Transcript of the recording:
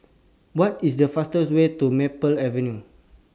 What IS The fastest Way to Maple Avenue